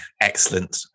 excellent